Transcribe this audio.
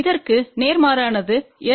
இதற்கு நேர்மாறானது S12